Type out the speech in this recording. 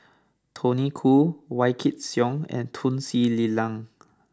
Tony Khoo Wykidd Song and Tun Sri Lanang